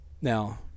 Now